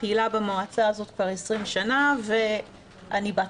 פעילה במועצה הזאת כבר 20 שנה ואני בת